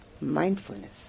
mindfulness